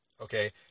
Okay